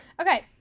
Okay